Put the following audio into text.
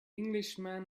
englishman